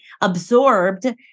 absorbed